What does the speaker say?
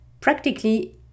Practically